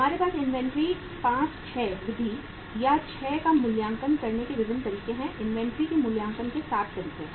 हमारे पास इन्वेंट्री 5 6 विधि या 6 का मूल्यांकन करने के विभिन्न तरीके हैं इन्वेंट्री के मूल्यांकन के 7 तरीके हैं